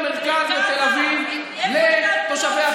אז זה היה בין המתנחלים לתושבי הפריפריה,